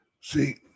See